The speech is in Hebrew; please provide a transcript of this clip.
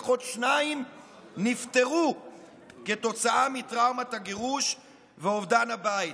לפחות שניים נפטרו כתוצאה מטראומת הגירוש ואובדן הבית.